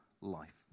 life